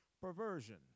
perversion